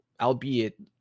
albeit